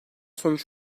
sonuç